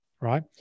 Right